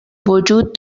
وجود